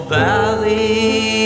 valley